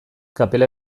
kapela